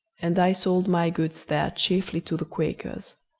and i sold my goods there chiefly to the quakers.